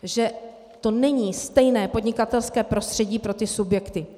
Že to není stejné podnikatelské prostředí pro subjekty.